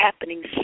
happening